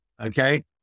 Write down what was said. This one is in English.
okay